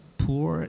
poor